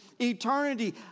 eternity